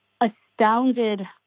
astounded